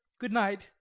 good-night